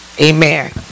Amen